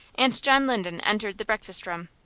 and john linden entered the breakfast-room.